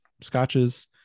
scotches